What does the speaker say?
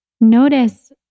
notice